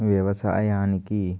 వ్యవసాయానికి